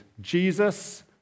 Jesus